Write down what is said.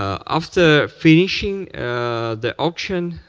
ah after finishing the auction,